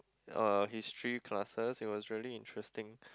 uh history classes it was really interesting